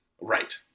Right